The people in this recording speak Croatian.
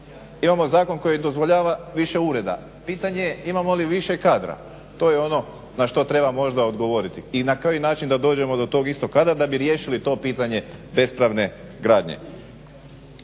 imamo zakon koji dozvoljava više ureda. Pitanje je imamo li više kadra, to je ono na što treba možda odgovoriti i na koji način da dođemo do tog istog kadra da bi riješili to pitanje bespravne gradnje.